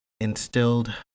instilled